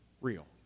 real